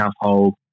household